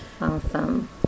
Awesome